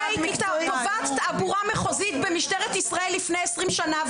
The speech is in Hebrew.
אני הייתי --- במשטרת ישראל לפני 20 שנה,